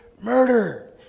murder